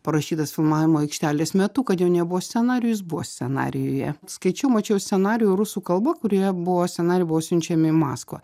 parašytas filmavimo aikštelės metu kad jo nebuvo scenarijuj jis buvo scenarijuje skaičiau mačiau scenarijų rusų kalba kurioje buvo scenarijai buvo siunčiami į maskvą